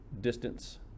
distance